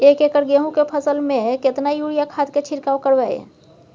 एक एकर गेहूँ के फसल में केतना यूरिया खाद के छिरकाव करबैई?